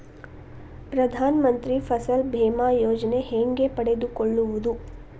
ಪ್ರಧಾನ ಮಂತ್ರಿ ಫಸಲ್ ಭೇಮಾ ಯೋಜನೆ ಹೆಂಗೆ ಪಡೆದುಕೊಳ್ಳುವುದು?